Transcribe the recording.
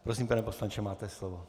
Prosím, pane poslanče, máte slovo.